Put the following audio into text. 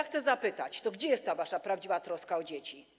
Chcę zapytać: Gdzie jest ta wasza prawdziwa troska o dzieci?